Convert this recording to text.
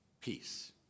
peace